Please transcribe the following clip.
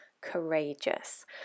courageous